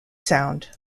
sound